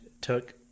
took